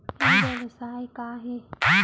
ई व्यवसाय का हे?